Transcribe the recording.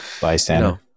Bystander